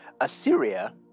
Assyria